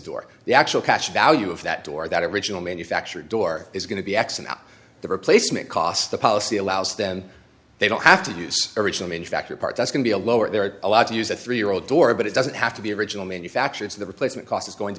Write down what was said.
it or the actual cash value of that door that original manufacturer door is going to be x and the replacement cost the policy allows them they don't have to use original manufacturer part that can be a lower they're allowed to use a three year old door but it doesn't have to be original manufactured so the replacement cost is going to